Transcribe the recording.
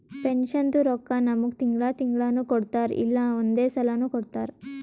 ಪೆನ್ಷನ್ದು ರೊಕ್ಕಾ ನಮ್ಮುಗ್ ತಿಂಗಳಾ ತಿಂಗಳನೂ ಕೊಡ್ತಾರ್ ಇಲ್ಲಾ ಒಂದೇ ಸಲಾನೂ ಕೊಡ್ತಾರ್